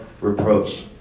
reproach